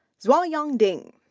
zuoyang ding,